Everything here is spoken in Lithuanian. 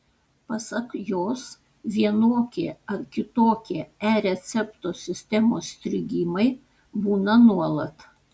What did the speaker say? pasak jos vienokie ar kitokie e recepto sistemos strigimai būna nuolat